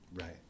Right